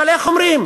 אבל איך אומרים,